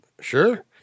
Sure